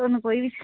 ਤੁਹਾਨੂੰ ਕੋਈ ਵੀ